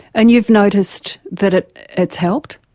and you've noticed that it has helped?